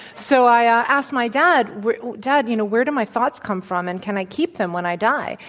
so, i asked my dad, where dad, you know, where do my thoughts come from and can i keep them when i die?